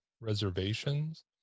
reservations